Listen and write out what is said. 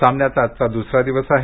सामन्याचा आजचा द्सरा दिवस आहे